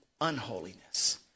unholiness